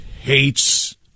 hates